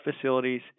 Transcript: facilities